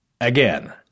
Again